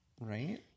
Right